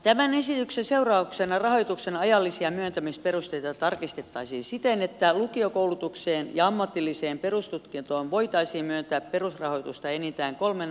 tämän esityksen seurauksena rahoituksen ajallisia myöntämisperusteita tarkistettaisiin siten että lukiokoulutukseen ja ammatilliseen perustutkintoon voitaisiin myöntää perusrahoitusta enintään kolmen opiskeluvuoden ajan